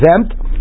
exempt